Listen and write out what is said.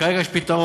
אבל כרגע יש פתרון,